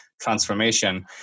transformation